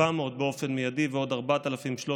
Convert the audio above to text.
700 באופן מיידי ועוד 4,300